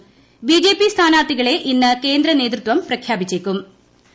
ബ്ലിജെപി സ്ഥാനാർത്ഥികളെ ഇന്ന് കേന്ദ്രനേതൃത്വം പ്രഖ്യാപിച്ചേക്കുള്ളൂ